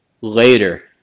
later